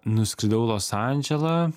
nuskridau į los andželą